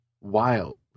wild